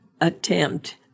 attempt